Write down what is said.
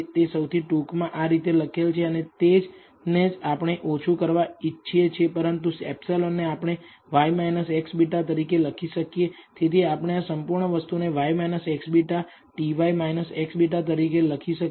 તે સૌથી ટૂંકમાં આ રીતે લખેલ છે અને તેને જ આપણે ઓછું કરવા ઇચ્છીએ છીએ પરંતુ ε ને આપણે y x β તરીકે લખી શકીએ તેથી આપણે આ સંપૂર્ણ વસ્તુને y x β Ty x β તરીકે લખી શકીએ